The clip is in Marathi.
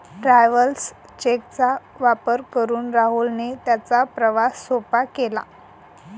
ट्रॅव्हलर्स चेक चा वापर करून राहुलने त्याचा प्रवास सोपा केला